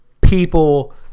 people